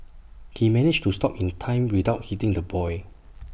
he managed to stop in time without hitting the boy